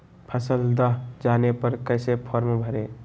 फसल दह जाने पर कैसे फॉर्म भरे?